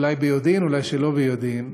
אולי ביודעין ואולי שלא ביודעין,